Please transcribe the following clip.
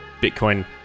bitcoin